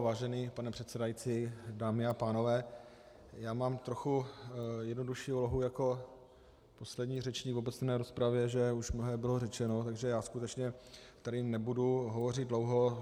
Vážený pane předsedající, dámy a pánové, mám trochu jednodušší úlohu jako poslední řečník v obecné rozpravě, že už mnohé bylo řečeno, takže skutečně nebudu hovořit dlouho.